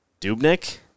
Dubnik